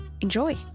enjoy